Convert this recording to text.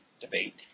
debate